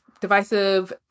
divisive